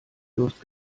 durst